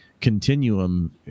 continuum